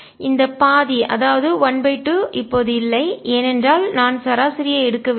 இந்த பாதி அதாவது 12 இப்போது இல்லை ஏனென்றால் நான் சராசரியை எடுக்க வில்லை